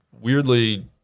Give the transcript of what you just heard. weirdly